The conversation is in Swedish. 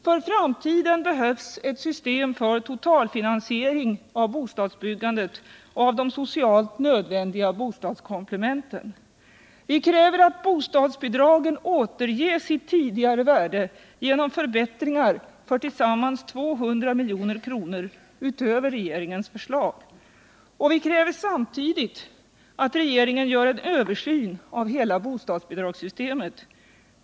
För framtiden behövs ett system för totalfinansiering av allt bostadsbyggande och de socialt nödvändiga bostadskomplementen. Vi kräver att bostadsbidragen återges sitt tidigare värde genom förbättringar för tillsammans 200 milj.kr. utöver regeringens förslag. Vi kräver samtidigt att regeringen gör en översyn av hela bostadsbidragssystemet.